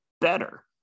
better